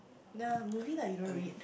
nah movie like you don't read